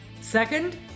Second